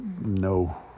no